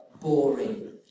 boring